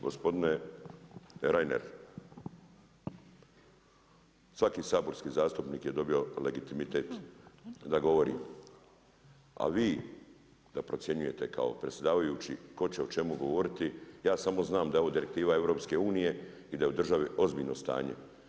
Gospodine Reiner, svaki saborski zastupnik je dobio legitimitet da govori a vi da procjenjujete kao predsjedavajući tko će o čemu govoriti, ja samo znam da je ovo direktiva EU i da je u državi ozbiljno stanje.